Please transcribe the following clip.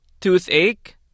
toothache